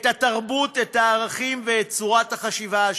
מאז קום המדינה כמה פעמים שללו אזרחות לאזרח במדינת ישראל?